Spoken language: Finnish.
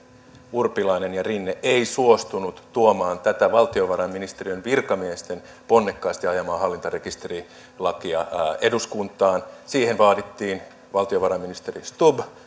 urpilainen tai rinne ei suostunut tuomaan tätä valtiovarainministeriön virkamiesten ponnekkaasti ajamaa hallintarekisterilakia eduskuntaan siihen vaadittiin valtiovarainministeri stubb